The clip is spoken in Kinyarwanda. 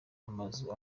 amazu